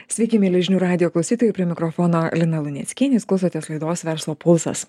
sveiki mieli žinių radijo klausytojai prie mikrofono lina luneckienė jūs klausotės laidos verslo pulsas